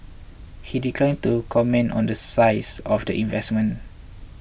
he declined to comment on the size of the investment